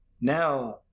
now